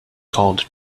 called